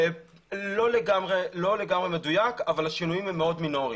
לא לגמרי מדויק, אבל השינויים מאוד מינוריים.